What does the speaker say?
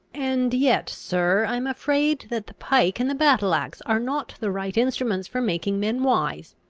and yet, sir, i am afraid that the pike and the battle-axe are not the right instruments for making men wise.